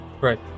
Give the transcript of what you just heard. Right